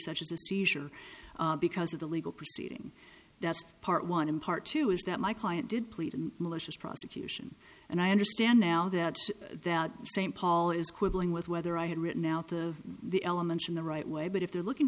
such as a seizure because of the legal proceeding that's part one and part two is that my client did plead in malicious prosecution and i understand now that saint paul is quibbling with whether i had written out of the elements in the right way but if they're looking